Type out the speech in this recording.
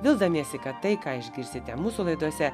vildamiesi kad tai ką išgirsite mūsų laidose